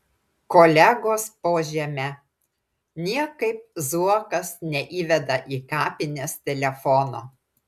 kolegos po žeme niekaip zuokas neįveda į kapines telefono